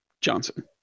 Johnson